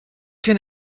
can